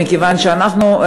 מכיוון שאנחנו,